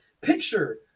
picture